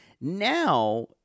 Now